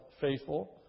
faithful